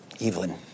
Evelyn